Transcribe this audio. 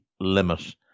limit